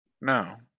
No